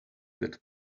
that